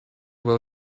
will